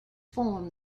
form